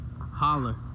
Holler